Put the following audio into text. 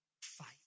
Fight